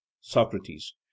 socrates